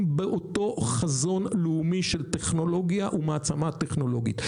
באותו חזון לאומי של טכנולוגיה ומעצמה טכנולוגית.